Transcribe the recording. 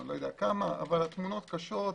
אבל התמונות קשות,